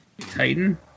Titan